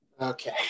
Okay